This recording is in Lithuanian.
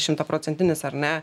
šimtaprocentinis ar ne